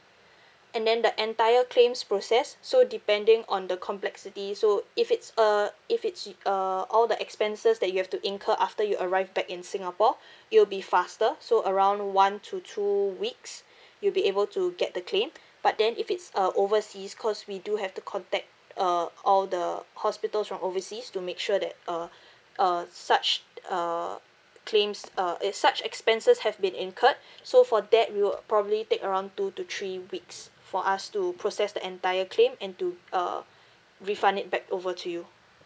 and then the entire claims process so depending on the complexity so if it's err if it's uh all the expenses that you have to incur after you arrive back in singapore it'll be faster so around one to two weeks you'll be able to get the claim but then if it's uh overseas cause we do have to contact uh all the hospitals from overseas to make sure that uh uh such uh claims uh is such expenses have been incurred so for that we will probably take around two to three weeks for us to process the entire claim and to uh refund it back over to you